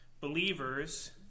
believers